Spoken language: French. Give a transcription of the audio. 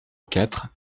quatre